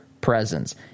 presence